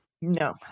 No